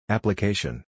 Application